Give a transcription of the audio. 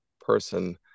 person